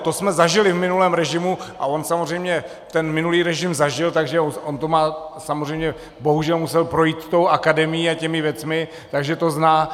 To jsme zažili v minulém režimu a on samozřejmě ten minulý režim zažil, takže on samozřejmě bohužel musel projít tou akademií a těmi věcmi, takže to zná.